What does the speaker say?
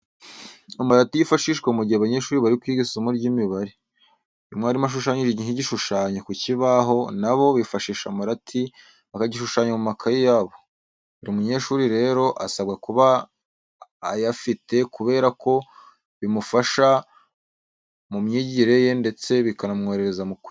Amarati yifashishwa mu gihe abanyeshuri bari kwiga isomo ry'imibare. Iyo mwarimu ashushanyije nk'igishushanyo ku kibaho, na bo bifashisha amarati bakagishushanya mu makayi yabo. Buri munyeshuri rero, asabwa kuba ayafite kubera ko bimufasha mu myigire ye ndetse bikanamworohereza mu kwiga.